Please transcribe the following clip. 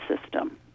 system